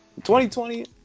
2020